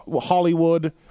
Hollywood